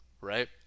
right